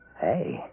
Hey